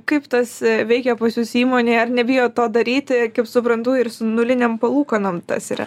kaip tas veikia pas jus įmonėje ar nebijot to daryti kaip suprantu ir nulinėm palūkanom tas yra